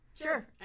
Sure